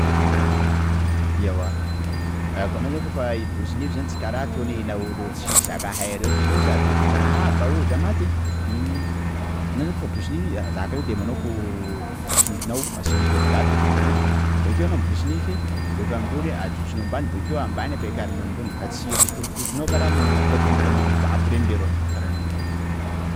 Ewa raha koa anao zany kôfa hiborosy zany nify tsy kara ataon'ny laolo reo tsisy zaka hay reo, reo sady drabaodra maty! _x000D_ Anao zany ko miborosy nify zaka io, lemano ko- borosinifinao asinao colgate ein! _x000D_ Bakeo anao miborosy nify bôka ambony ajojonao ambany, bakeo ambany ampekarinao ambony, ka tsy rokorokotonao kara ataonao kara mandrokotra tongotranao amin'ny vato reny leroa, karan'ireny